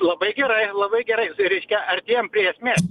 labai gerai labai gerai tai reiškia artėjam prie esmės